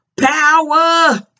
Power